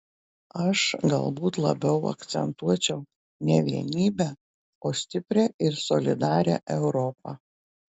aš galbūt labiau akcentuočiau ne vienybę o stiprią ir solidarią europą